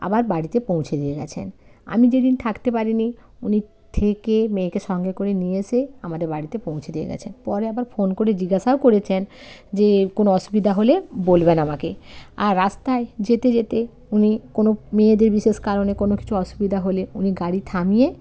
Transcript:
আবার বাড়িতে পৌঁছে দিয়ে গিয়েছেন আমি যেদিন থাকতে পারিনি উনি থেকে মেয়েকে সঙ্গে করে নিয়ে এসে আমাদের বাড়িতে পৌঁছে দিয়ে গিয়েছেন পরে আবার ফোন করে জিজ্ঞাসাও করেছেন যে কোনো অসুবিধা হলে বলবেন আমাকে আর রাস্তায় যেতে যেতে উনি কোনো মেয়েদের বিশেষ কারণে কোনো কিছু অসুবিধা হলে উনি গাড়ি থামিয়ে